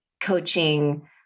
coaching